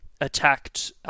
attacked